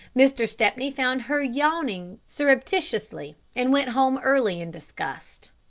mr. stepney found her yawning surreptitiously, and went home early in disgust.